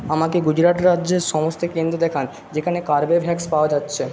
আমাকে গুজরাট রাজ্যের সমস্ত কেন্দ্র দেখান যেখানে কার্বেভ্যাক্স পাওয়া যাচ্ছে